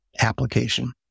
application